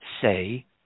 say